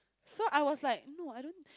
so I was like no I don't